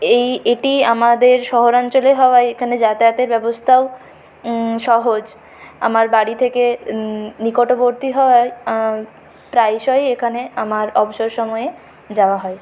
এই এটি আমাদের শহরাঞ্চলে হওয়ায় এখানে যাতায়াতের ব্যবস্থাও সহজ আমার বাড়ি থেকে নিকটবর্তী হওয়ায় প্রায়শই এখানে আমার অবসর সময়ে যাওয়া হয়